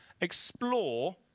explore